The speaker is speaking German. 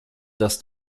dass